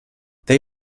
they